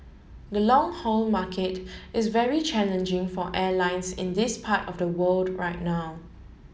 the long haul market is very challenging for airlines in this part of the world right now